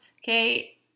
okay